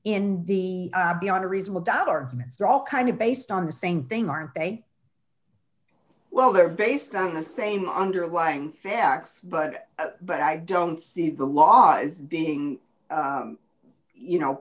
in the beyond a reasonable doubt are all kind of based on the same thing aren't they well they're based on the same underlying facts but but i don't see the laws being you know